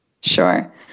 Sure